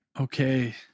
Okay